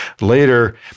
Later